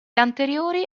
anteriori